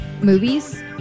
movies